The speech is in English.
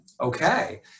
Okay